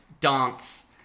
Dance